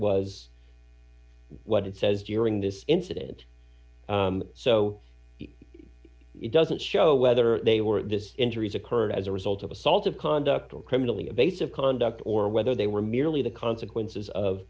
was what it says during this incident so it doesn't show whether they were this injuries occurred as a result of assaultive conduct or criminally a base of conduct or whether they were merely the consequences of